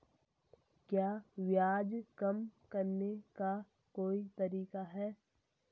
क्या ब्याज कम करने का कोई तरीका है?